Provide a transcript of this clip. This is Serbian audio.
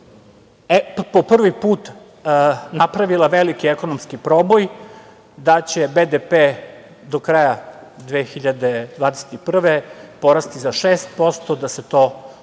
po prvi put napravili veliki ekonomski proboj, da će BDP do kraja 2021. godine porasti za 6%, da se to do sada